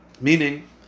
Meaning